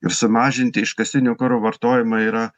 ir sumažinti iškastinio kuro vartojimą yra